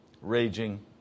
raging